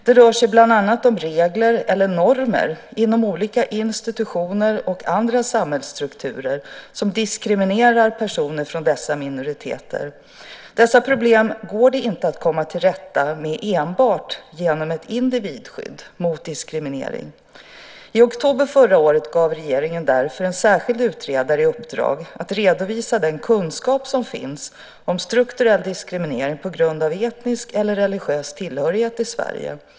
Det rör sig bland annat om regler eller normer inom olika institutioner och andra samhällsstrukturer som diskriminerar personer från dessa minoriteter. Dessa problem går det inte att komma till rätta med enbart genom ett individskydd mot diskriminering. I oktober förra året gav regeringen därför en särskild utredare i uppdrag att redovisa den kunskap som finns om strukturell diskriminering på grund av etnisk eller religiös tillhörighet i Sverige.